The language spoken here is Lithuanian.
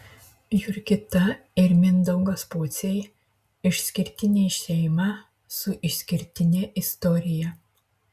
jurgita ir mindaugas pociai išskirtinė šeima su išskirtine istorija